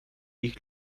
ich